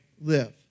live